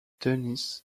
dennis